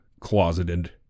closeted